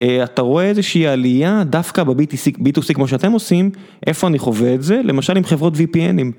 אתה רואה איזושהי עלייה דווקא בבי.טו.סי כמו שאתם עושים, איפה אני חווה את זה? למשל עם חברות VPNים,